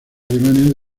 alemania